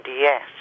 yes